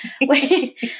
Wait